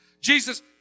Jesus